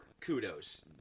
kudos